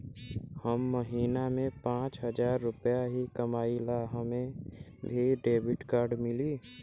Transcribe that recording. हम महीना में पाँच हजार रुपया ही कमाई ला हमे भी डेबिट कार्ड मिली?